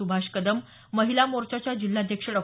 सुभाष कदम महिला मोर्चाच्या जिल्हाध्यक्षा डॉ